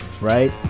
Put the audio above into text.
Right